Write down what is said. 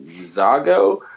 Zago